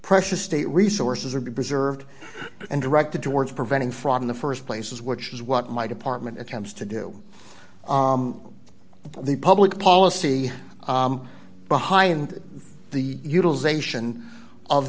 precious state resources or be preserved and directed towards preventing fraud in the st place is which is what my department attempts to do the public policy behind the utilization of